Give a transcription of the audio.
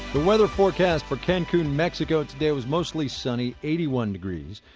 weather forecast for cancun, mexico, today was mostly sunny, eighty one degrees.